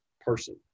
person